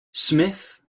smith